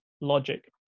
logic